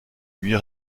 huit